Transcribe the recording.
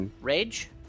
rage